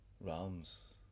realms